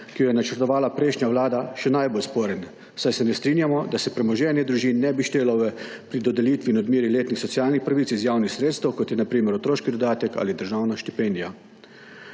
ki jo je načrtovala prejšnja vlada še najbolj sporen, saj se ne strinjamo, da se premoženje družin ne bi štelo pri dodelitvi in odmeri letnih socialnih pravic iz javnih sredstev, kot je na primer otroški dodatek ali državna štipendija.